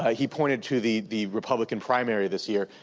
ah he pointed to the the republican primary this year,